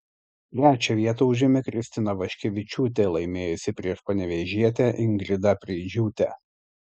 trečią vietą užėmė kristina vaškevičiūtė laimėjusi prieš panevėžietę ingridą preidžiūtę